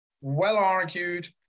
well-argued